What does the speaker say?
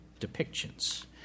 depictions